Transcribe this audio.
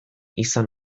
izan